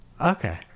Okay